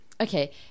okay